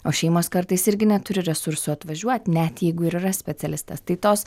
o šeimos kartais irgi neturi resursų atvažiuot net jeigu ir yra specialistas tai tos